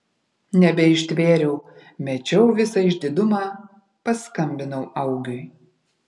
nebeištvėriau mečiau visą išdidumą paskambinau augiui